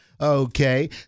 okay